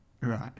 Right